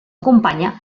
acompanya